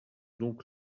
donc